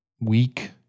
weak